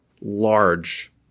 large